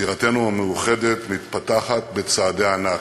בירתנו המאוחדת, מתפתחת בצעדי ענק.